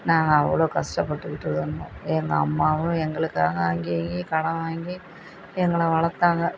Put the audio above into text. நாங்கள் அவ்வளோ கஷ்டப்பட்டுக்கிட்டு இருந்தோம் எங்கள் அம்மாவும் எங்களுக்காக அங்கிங்கேயும் கடன் வாங்கி எங்களை வளர்த்தாங்க